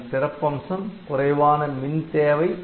அதன் சிறப்பம்சம் குறைவான மின் தேவை